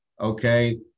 okay